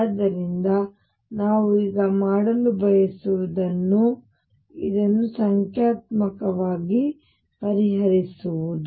ಆದ್ದರಿಂದ ನಾವು ಈಗ ಮಾಡಲು ಬಯಸುವುದು ಇದನ್ನು ಸಂಖ್ಯಾತ್ಮಕವಾಗಿ ಪರಿಹರಿಸುವುದು